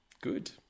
good